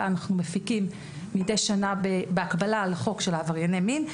אנחנו מפיקים מדי שנה בהקבלה לחוק של עברייני מין.